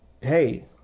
hey